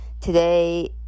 Today